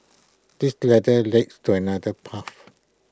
this ladder leads to another path